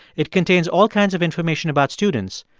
it contains all kinds of information about students,